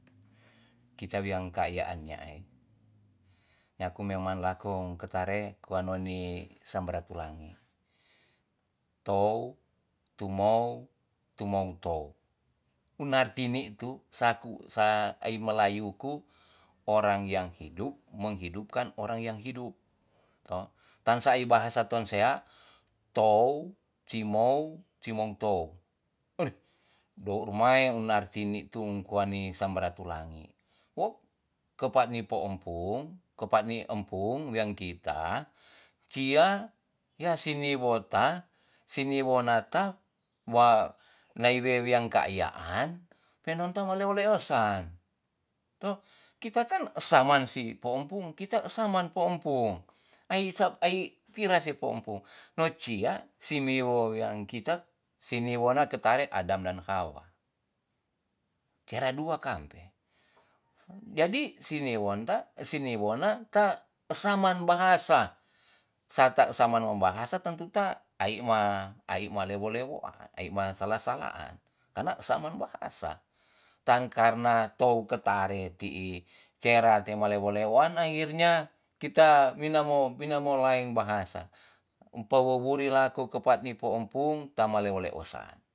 Kita wian ka nyaai nyaku memang lako ketare kua noni sam ratulangi. tou tumou tumou tou un arti ni tu saku sa ai melayu ku orang yang hidup menghidupkan orang yang hidup toh, tan sa ai bahasa tonsea tou timou timong tou. do rumae arti ni tu kua ni sam ratulangi wo kepak ni po empung- kepak ni empung wean kita cia ya si ni wota si wonata wa nae we wean kaiyaan pendon ta ma leo leosan toh kita kan esa man si po empung kita esa man po empung ai sa ai pira se po empung. no cia sini wo wean kita sini wona ketare adam dan hawa. kera dua kampe, jadi sini wonta sini wona ka esa man bahasa. sa ta esa man mambahasa tantu ta ai ma ai ma lewo lewoan ai ma sala salahan karena esa man bahasa. tan karna tou ketare ti'i sera te maleo leowan akhrinya kita wina mo laeng bahasa pa wo wuri lako kepak ni po empung tan maleo leosan.